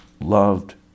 loved